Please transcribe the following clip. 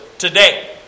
today